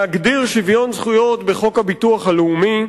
להגדיר שוויון זכויות בחוק הביטוח הלאומי,